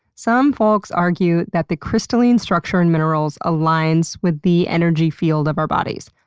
some folks argue that the crystalline structure in minerals aligns with the energy field of our bodies.